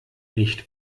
nicht